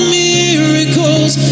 miracles